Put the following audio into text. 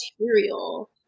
material